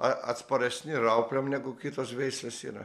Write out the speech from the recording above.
a atsparesni ir raupliam negu kitos veislės yra